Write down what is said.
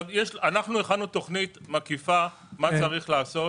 הכנו תוכנית מקיפה מה צריך לעשות.